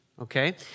Okay